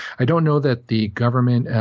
i don't know that the government, and